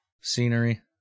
scenery